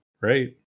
right